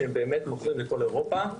שהם באמת מוכרים בכל אירופה.